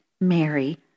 Mary